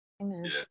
Amen